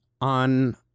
On